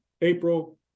April